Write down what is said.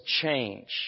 change